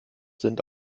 sind